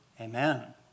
Amen